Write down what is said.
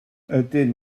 ydyn